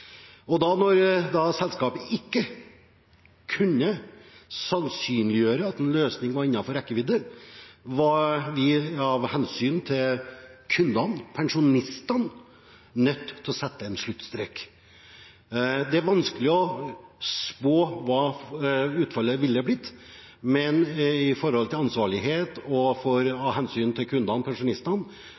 Når selskapet da ikke kunne sannsynliggjøre at en løsning var innenfor rekkevidde, var vi av hensyn til kundene, pensjonistene, nødt til å sette en sluttstrek. Det er vanskelig å spå hva utfallet ville blitt, men av hensyn til ansvarlighet og til kundene, pensjonistene, var det nå viktig å sette strek for